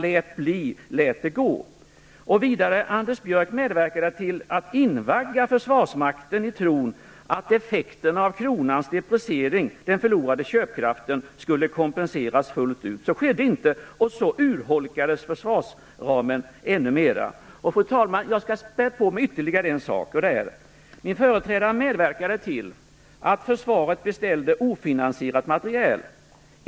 Vidare medverkade Anders Björck till att invagga försvarsmakten i tron att effekten av kronans depreciering, den förlorade köpkraften, skulle kompenseras fullt ut. Så skedde inte, och försvarsramen urholkades ännu mera. Fru talman! Jag skall spä på med ytterligare en sak. Min företrädare medverkade till att försvaret beställde ofinansierat materiel.